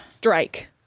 Drake